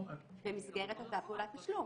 במסגרת אותה פעולת תשלום.